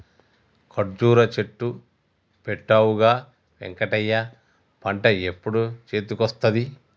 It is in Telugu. కర్జురా చెట్లు పెట్టవుగా వెంకటయ్య పంట ఎప్పుడు చేతికొస్తది